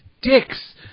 dicks